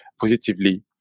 positively